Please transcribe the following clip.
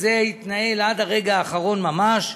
שזה התנהל עד הרגע האחרון ממש,